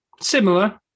Similar